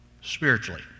spiritually